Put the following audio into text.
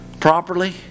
Properly